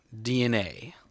DNA